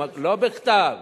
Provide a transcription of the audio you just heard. לא בכתב,